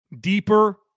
deeper